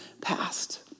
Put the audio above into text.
past